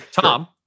Tom